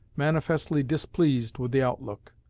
manifestly displeased with the outlook.